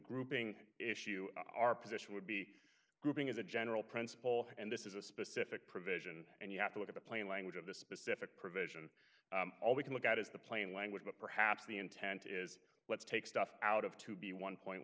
grouping issue our position would be grouping as a general principle and this is a specific provision and you have to look at the plain language of the specific provision all we can look at is the plain language but perhaps the intent is let's take stuff out of to be one point